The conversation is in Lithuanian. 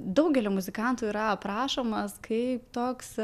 daugelio muzikantų yra aprašomas kaip toks